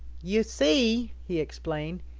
you see, he explained,